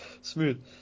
smooth